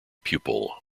pupil